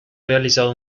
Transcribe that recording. realizado